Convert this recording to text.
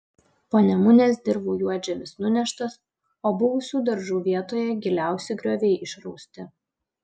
panemunės dirvų juodžemis nuneštas o buvusių daržų vietoje giliausi grioviai išrausti